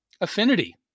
affinity